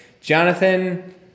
Jonathan